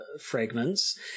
fragments